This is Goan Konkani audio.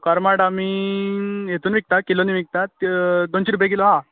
करमाट आमी हितून विकता किलोंनी विकता दोनशीं रुपया किलो आहा